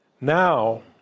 Now